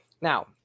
Now